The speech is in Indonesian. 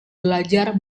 belajar